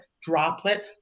droplet